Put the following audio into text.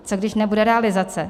Co když nebude realizace?